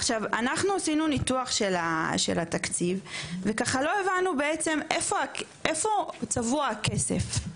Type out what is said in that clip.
עכשיו אנחנו עשינו ניתוח של התקציב וככה לא הבנו בעצם איפה צבוע הכסף?